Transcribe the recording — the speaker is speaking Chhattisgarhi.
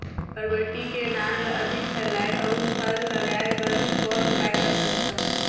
बरबट्टी के नार ल अधिक फैलाय अउ फल लागे बर कौन उपाय कर सकथव?